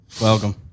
Welcome